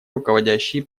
руководящие